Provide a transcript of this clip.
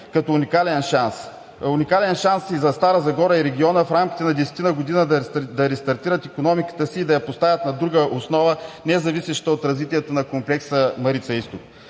като уникален шанс. Уникален шанс и за Стара Загора и региона, в рамките на 10-ина години да рестартират икономиката си и да я поставят на друга основа, независеща от развитието на комплекса „Марица изток“.